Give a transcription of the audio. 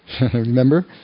Remember